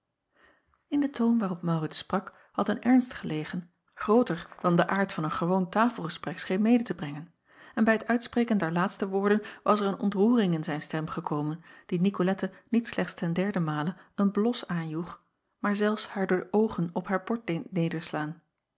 n den toon waarop aurits sprak had een ernst gelegen grooter dan de aard van een gewoon tafelgesprek scheen mede te brengen en bij het uitspreken der laatste woorden was er een ontroering in zijn stem gekomen die icolette niet slechts ten derden male een blos aanjoeg acob van ennep laasje evenster delen maar zelfs haar de oogen op haar